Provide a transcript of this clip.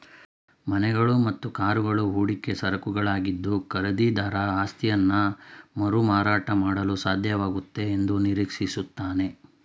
ಮನೆಗಳು ಮತ್ತು ಕಾರುಗಳು ಹೂಡಿಕೆ ಸರಕುಗಳಾಗಿದ್ದು ಖರೀದಿದಾರ ಆಸ್ತಿಯನ್ನಮರುಮಾರಾಟ ಮಾಡಲುಸಾಧ್ಯವಾಗುತ್ತೆ ಎಂದುನಿರೀಕ್ಷಿಸುತ್ತಾನೆ